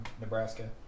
Nebraska